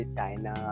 China